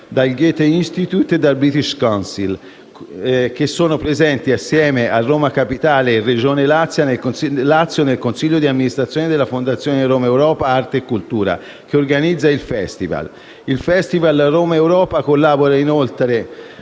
dal Goethe-Institut e dal British Council che sono presenti, assieme a Roma Capitale e Regione Lazio, nel consiglio di amministrazione della Fondazione Romaeuropa Arte e Cultura, che organizza il Festival. Il Festival Romaeuropa collabora inoltre